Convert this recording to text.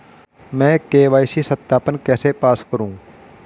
मैं के.वाई.सी सत्यापन कैसे पास करूँ?